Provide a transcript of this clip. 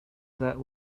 that